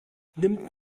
nimmt